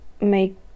make